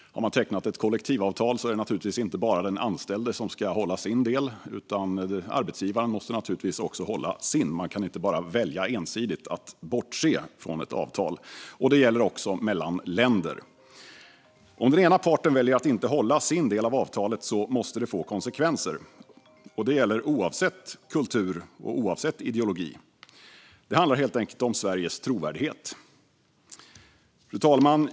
Har man tecknat ett kollektivavtal är det naturligtvis inte bara den anställde som ska hålla sin del, utan arbetsgivaren måste naturligtvis också hålla sin. Man kan inte ensidigt välja att bara bortse från ett avtal. Detta gäller också mellan länder. Om den ena parten väljer att inte hålla sin del av avtalet måste det få konsekvenser. Detta gäller oavsett kultur och ideologi. Det handlar helt enkelt om Sveriges trovärdighet. Fru talman!